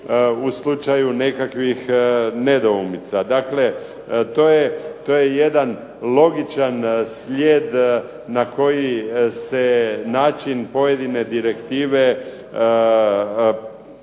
u slučaju nekakvih nedoumica. Dakle, to je jedan logičan slijed na koji se način pojedine direktive ugrađuju